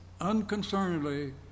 unconcernedly